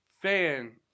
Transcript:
fan